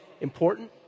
important